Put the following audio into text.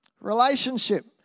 Relationship